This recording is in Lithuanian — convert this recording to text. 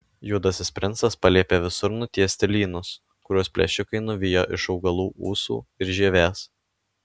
juodasis princas paliepė visur nutiesti lynus kuriuos plėšikai nuvijo iš augalų ūsų ir žievės